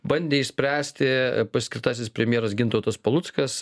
bandė išspręsti paskirtasis premjeras gintautas paluckas